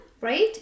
right